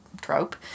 trope